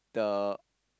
the